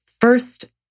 First